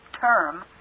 term